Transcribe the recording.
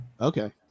okay